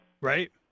Right